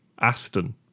Aston